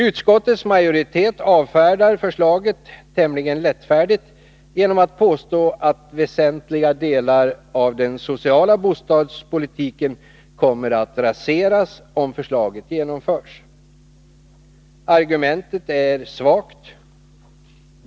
Utskottets majoritet avfärdar förslaget tämligen lättfärdigt genom att påstå att väsentliga delar av den sociala bostadspolitiken kommer att raseras om förslaget genomförs. Argumentet är svagt.